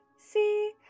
see